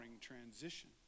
transition